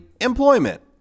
employment